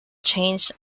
changed